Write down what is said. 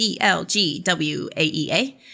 DLGWAEA